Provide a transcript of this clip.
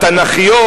התנ"כיות,